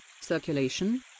circulation